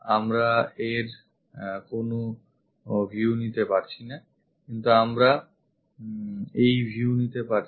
আমরা এর কোণ view নিতে পারছি না কিন্তু আমরা এই view নিতে পারছি